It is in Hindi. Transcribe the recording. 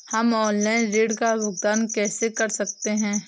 हम ऑनलाइन ऋण का भुगतान कैसे कर सकते हैं?